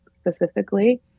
specifically